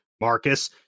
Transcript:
Marcus